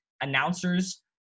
announcers